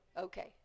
Okay